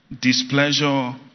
displeasure